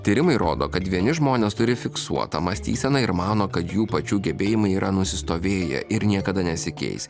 tyrimai rodo kad vieni žmonės turi fiksuotą mąstyseną ir mano kad jų pačių gebėjimai yra nusistovėję ir niekada nesikeis